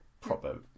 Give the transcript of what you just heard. proper